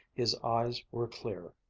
his eyes were clear,